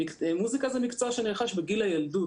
מוסיקה זה מקצוע שנרכש בגיל הילדות.